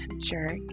jerk